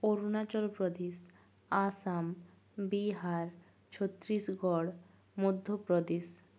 Arunachal Pradesh Assam Bihar Chhattisgarh Madhya Pradesh